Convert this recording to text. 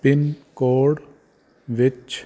pin code ਵਿੱਚ